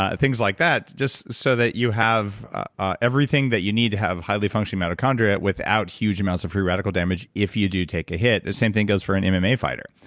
ah things like that just so that you have ah everything that you need to have highly functioning mitochondria without huge amounts of free radical damage, if you do take a hit the same thing goes for an mma fighter.